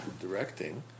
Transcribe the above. directing